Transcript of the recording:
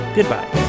Goodbye